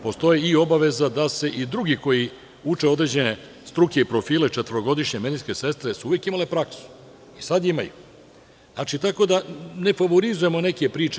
Postoji i obaveza da se i drugi koji uče određene struke i profile, četvorogodišnje medicinske sestre su uvek imale praksu i sada je imaju, tako da nefavorizujemo neke priče.